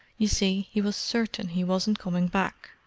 you see, he was certain he wasn't coming back.